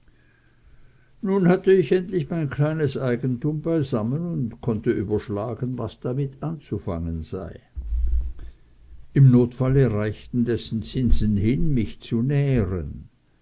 nun hatte ich endlich mein kleines eigentum beisammen und konnte überschlagen was damit anzufangen sei im notfalle reichten dessen zinsen hin mich zu nähren